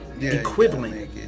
equivalent